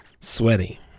sweaty